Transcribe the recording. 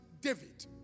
David